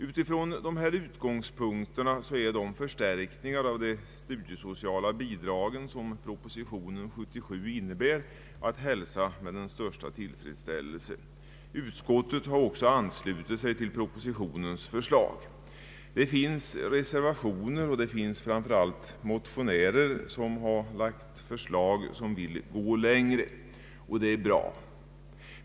Utifrån dessa utgångspunkter är de förstärkningar av de studiesociala bidragen som proposition nr 77 innebär att hälsa med den största tillfredsställelse. även utskottet har anslutit sig till propositionens förslag. Reservanterna och framför allt motionärerna har lagt fram förslag som går längre, och det är bra.